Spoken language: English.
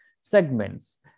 segments